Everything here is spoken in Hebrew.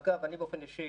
אגב, אני באופן אישי